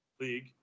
league